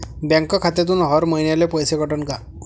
Bank खात्यातून हर महिन्याले पैसे कटन का?